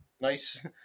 Nice